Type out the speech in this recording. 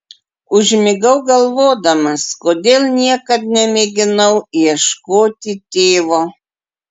užmigau galvodamas kodėl niekad nemėginau ieškoti tėvo